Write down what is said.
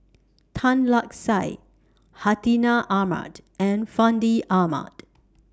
Tan Lark Sye Hartinah Ahmad and Fandi Ahmad